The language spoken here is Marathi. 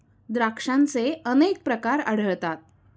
द्राक्षांचे अनेक प्रकार आढळतात